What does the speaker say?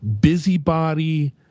busybody